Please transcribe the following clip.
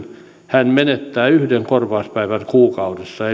hän menettää yhden korvauspäivän kuukaudessa